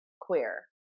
queer